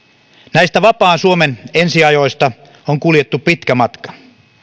näistä vapaan suomen ensi ajoista on kuljettu pitkä matka